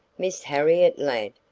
miss harriet ladd,